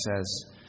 says